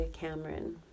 Cameron